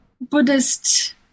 Buddhist